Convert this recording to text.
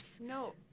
No